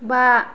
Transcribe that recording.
बा